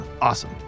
awesome